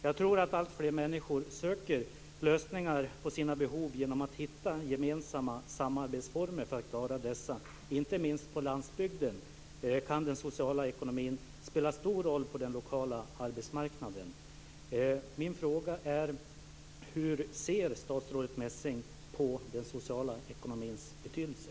Jag tror att alltfler människor försöker täcka sina behov genom att hitta gemensamma samarbetsformer för att klara dessa. Inte minst på landsbygden kan den sociala ekonomin spela stor roll på den lokala arbetsmarknaden. Min fråga är: Hur ser statsrådet Messing på den sociala ekonomins betydelse?